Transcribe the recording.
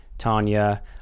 Tanya